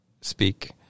speak